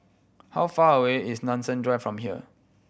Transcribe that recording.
how far away is Nanson Drive from here